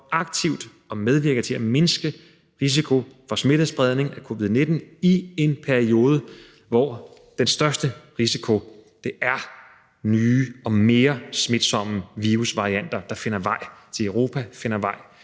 aktivt at medvirke til at mindske risikoen for smittespredning af covid-19 i en periode, hvor den største risiko er nye og mere smitsomme virusvarianter, der finder vej til Europa, finder vej